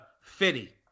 Fitty